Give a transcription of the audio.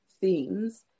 themes